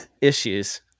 issues